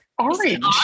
Orange